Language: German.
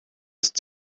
ist